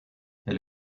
elle